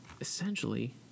essentially